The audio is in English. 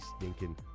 stinking